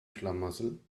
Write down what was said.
schlamassel